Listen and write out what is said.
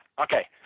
Okay